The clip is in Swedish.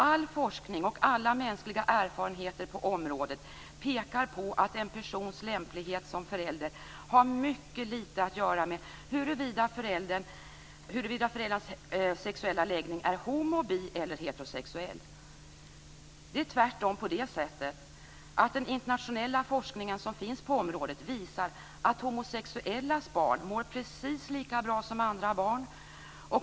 All forskning och alla mänskliga erfarenheter på området pekar på att en persons lämplighet som förälder har mycket litet att göra med huruvida föräldrarnas sexuella läggning är homo-, bi eller heterosexuell. Det är tvärtom på det sättet att den internationella forskning som finns på området visar att homosexuellas barn mår precis lika bra som andra barn.